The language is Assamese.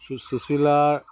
সুচিলাৰ